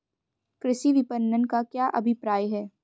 कृषि विपणन का क्या अभिप्राय है?